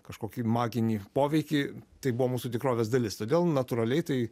kažkokį maginį poveikį tai buvo mūsų tikrovės dalis todėl natūraliai tai